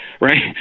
Right